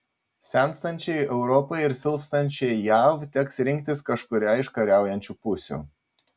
senstančiai europai ir silpstančiai jav teks rinktis kažkurią iš kariaujančių pusių